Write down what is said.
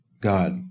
God